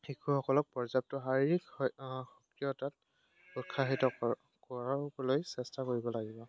শিশুসকলক পৰ্যাপ্ত শাৰীৰিক সক্ৰিয়তাত উৎসাহিত কৰা কৰাবলৈ চেষ্টা কৰিব লাগিব